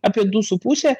apie du su puse